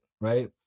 right